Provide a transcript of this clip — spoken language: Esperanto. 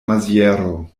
maziero